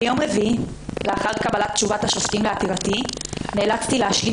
ביום רביעי לאחר קבלת תשובת השופטים לעתירתי נאלצתי להשלים